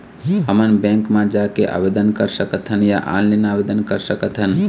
हमन बैंक मा जाके आवेदन कर सकथन या ऑनलाइन आवेदन कर सकथन?